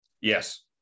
Yes